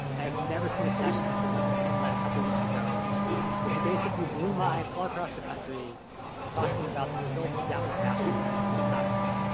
i have never seen a session like the one tim lead a couple weeks ago where he basically blew minds all across the country by talking about the results he got with mastery learning in his classroom.